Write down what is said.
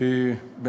הרי מה